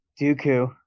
Dooku